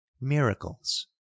miracles